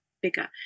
bigger